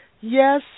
Yes